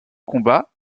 combat